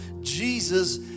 Jesus